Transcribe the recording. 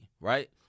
right